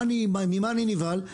ממה אני נבהל?